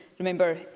Remember